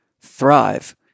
thrive